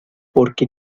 porque